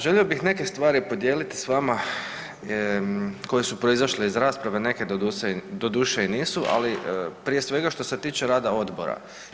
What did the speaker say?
Želio bih neke stvari podijeli s vama koje su proizašle iz rasprave, neke doduše i nisu, ali prije svega što se tiče rada odbora.